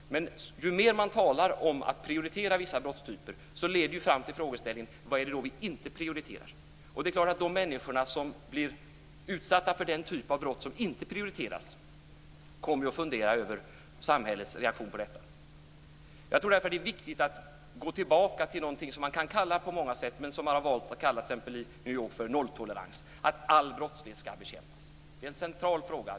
När man talar så mycket om att prioritera vissa brottstyper leder det fram till frågeställningen: Vad är det vi inte prioriterar? De människor som blir utsatta för den typ av brott som inte prioriteras kommer att fundera över samhällets reaktion på detta. Jag tror därför att det är viktigt att gå tillbaka till något som man kan kalla på många sätt, och som man t.ex. i New York har valt att kalla för nolltolerans, dvs. att all brottslighet skall bekämpas. Det är en central fråga.